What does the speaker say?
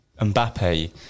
Mbappe